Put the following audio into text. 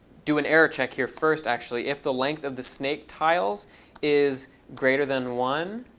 do an error check here first, actually. if the length of the snaketiles is greater than one,